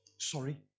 Sorry